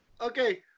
Okay